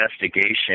investigation